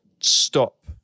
stop